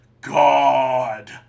God